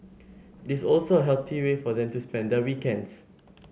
it is also a healthy way for them to spend their weekends